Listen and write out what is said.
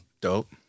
Dope